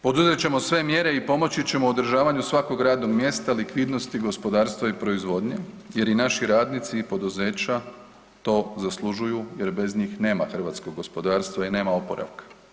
Poduzet ćemo sve mjere i pomoći ćemo u održavanju svakog radnog mjesta, likvidnosti gospodarstva i proizvodnje jer i naši radnici i poduzeća to zaslužuju jer bez njih nema hrvatskog gospodarstva i nema oporavka.